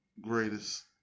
greatest